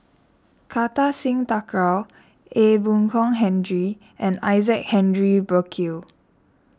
Kartar Singh Thakral Ee Boon Kong Henry and Isaac Henry Burkill